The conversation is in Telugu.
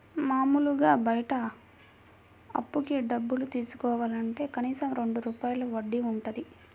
మాములుగా బయట అప్పుకి డబ్బులు తీసుకోవాలంటే కనీసం రెండు రూపాయల వడ్డీ వుంటది